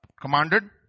commanded